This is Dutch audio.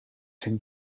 zijn